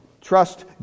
trust